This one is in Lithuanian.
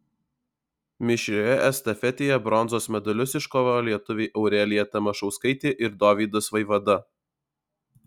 mišrioje estafetėje bronzos medalius iškovojo lietuviai aurelija tamašauskaitė ir dovydas vaivada